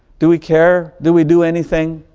do we care? do we do anything?